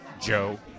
Joe